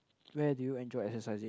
where do you enjoy exercising